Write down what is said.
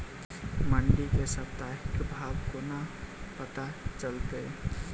मंडी केँ साप्ताहिक भाव कोना पत्ता चलतै?